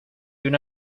una